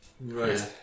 Right